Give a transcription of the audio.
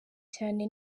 cyane